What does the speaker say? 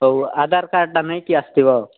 ହଉ ଆଧାର କାର୍ଡ଼୍ଟା ନେଇକି ଆସିଥିବ